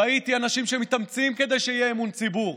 ראיתי אנשים שמתאמצים כדי שיהיה אמון של הציבור,